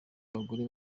abagore